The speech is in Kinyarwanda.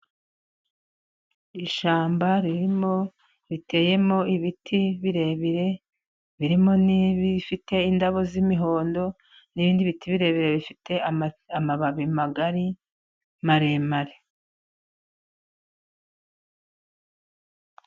Ishyamba ririmo riteyemo ibiti birebire birimo n'ibifite indabo z'imihondo n'ibindi biti birebire bifite amababi magari maremare.